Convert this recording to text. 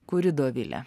kuri dovilė